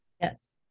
Yes